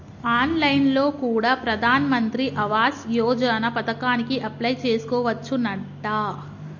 on line లో కూడా ప్రధాన్ మంత్రి ఆవాస్ యోజన పథకానికి అప్లై చేసుకోవచ్చునంట